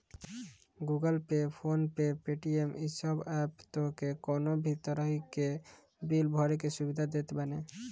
Google Pay, PhonePe, Paytm इ सब app तोहके कवनो भी तरही के बिल भरे के सुविधा देत बाने